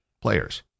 players